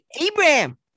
Abraham